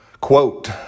quote